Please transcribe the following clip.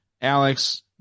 Alex